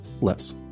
less